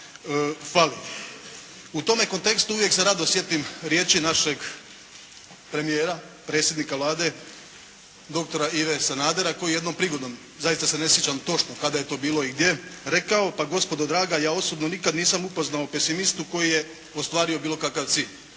fali. U tome kontekstu uvijek se rado sjetim riječi našeg premijera, predsjednika Vlade dr. Ive Sanadera koji je jednom prigodom, zaista se ne sjećam točno kada je to bilo i gdje, rekao “pa gospodo draga ja osobno nikad nisam upoznao pesimistu koji je ostvario bilo kakav cilj“.